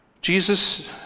Jesus